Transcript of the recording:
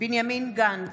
בנימין גנץ,